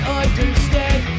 understand